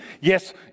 yes